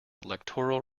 electoral